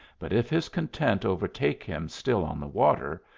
but if his content overtake him still on the water,